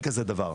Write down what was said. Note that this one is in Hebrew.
אין כזה דבר.